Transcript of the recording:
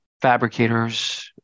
fabricators